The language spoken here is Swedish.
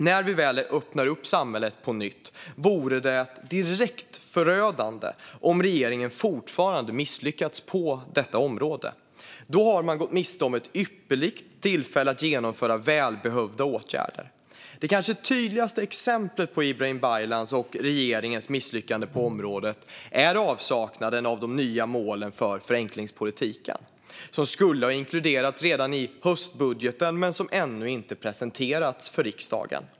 När vi väl öppnar upp samhället på nytt vore det direkt förödande om regeringen fortfarande misslyckats på detta område. Då har man gått miste om ett ypperligt tillfälle att genomföra välbehövda åtgärder. Det kanske tydligaste exemplet på Ibrahim Baylans och regeringens misslyckande på området är avsaknaden av de nya målen för förenklingspolitiken, som skulle ha inkluderats redan i höstbudgeten men som ännu inte presenterats för riksdagen.